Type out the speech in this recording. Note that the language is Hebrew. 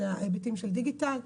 זה ההיבטים של דיגיטל,